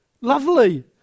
Lovely